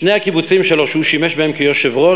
שני הקיבוצים שלו, שהוא שימש בהם כיושב-ראש,